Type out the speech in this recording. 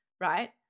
Right